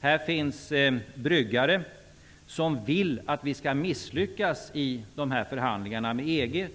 Här finns bryggare, som vill att vi skall misslyckas i förhandlingarna med EG.